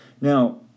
Now